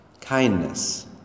kindness